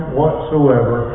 whatsoever